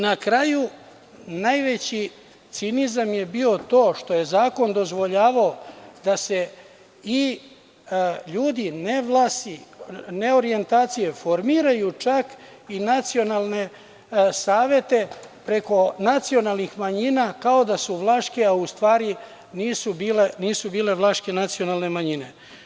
Na kraju, najveći cinizam je bio to što je zakon dozvoljavao da ljudi nevlasi formiraju čak i nacionalne savete preko nacionalnih manjina kao da su vlaške, a u stvari nisu bile vlaške nacionalne manjine.